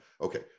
Okay